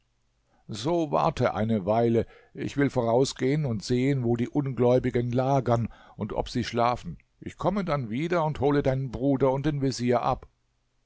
so warte eine weile ich will vorausgehen und sehen wo die ungläubigen lagern und ob sie schlafen ich komme dann wieder und hole deinen bruder und den vezier ab